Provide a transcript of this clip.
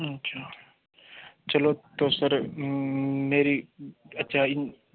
अच्छा चलो तो सर मेरी अच्छा